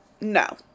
no